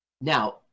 Now